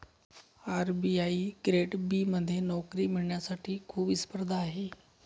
RBI grade B मध्ये नोकरी मिळवण्यासाठी खूप स्पर्धा आहे